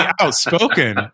outspoken